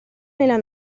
nella